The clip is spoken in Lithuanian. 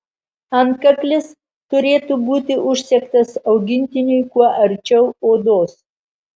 antkaklis turėtų būti užsegtas augintiniui kuo arčiau odos